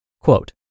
Quote